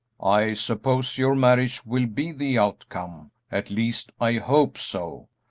i suppose your marriage will be the outcome at least, i hope so,